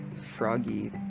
froggy